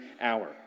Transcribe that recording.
hour